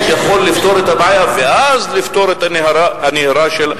יכול לפתור את הבעיה ואז לפתור את הנהירה של,